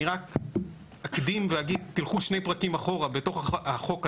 אני רק אקדים ואגיד תלכו שני פרקים אחורה בתוך החוק הזה,